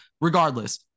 Regardless